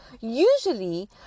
Usually